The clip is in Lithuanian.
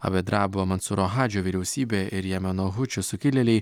abedrabo mansuro hadžio vyriausybė ir jemeno hučių sukilėliai